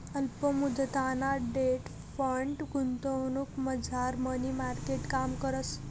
अल्प मुदतना debt fund गुंतवणुकमझार मनी मार्केट काम करस